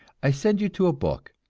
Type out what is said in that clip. i send you to a book,